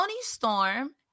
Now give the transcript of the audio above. Storm